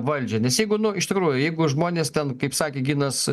valdžią nes jeigu nu iš tikrųjų jeigu žmonės ten kaip sakė ginas